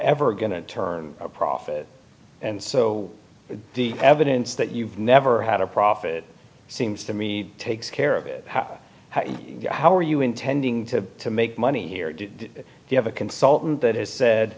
ever going to turn a profit and so the evidence that you've never had a profit seems to me takes care of it how how are you intending to make money here do you have a consultant that has said